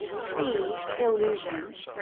c. illusions.